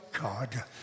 God